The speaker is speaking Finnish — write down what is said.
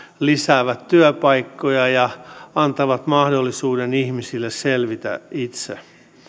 lisäävät työpaikkoja ja antavat mahdollisuuden ihmisille selvitä itse